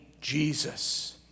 Jesus